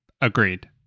Agreed